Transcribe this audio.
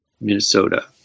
Minnesota